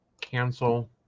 Cancel